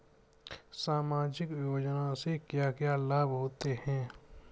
सामाजिक योजना से क्या क्या लाभ होते हैं?